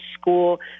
school